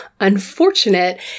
unfortunate